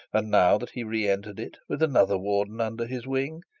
and now that he re-entered it with another warden under his wing,